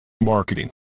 Marketing